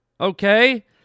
okay